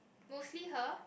mostly her